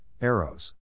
arrows